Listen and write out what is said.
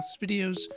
videos